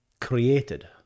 created